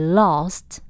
lost